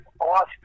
Austin